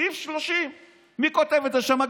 סעיף 30. מי כותב את זה שם?